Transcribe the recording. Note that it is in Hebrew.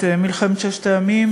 את מלחמת ששת הימים,